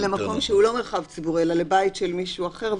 גם למקום שהוא לא מרחב ציבורי אלא לבית של מישהו אחר,